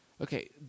Okay